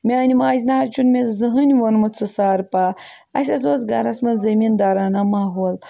میانہِ ماجہِ نہ حظ چھُنہٕ مےٚ زٕہٕنۍ ووٚنمُت ژٕ سار پہہ اَسہِ حظ اوس گَرَس منٛز زٔمیٖندارنہ ماحول